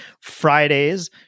Fridays